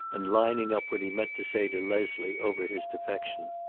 and lining up what he meant to say to leslie over his defection.